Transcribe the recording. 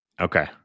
Okay